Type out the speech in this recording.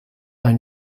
ein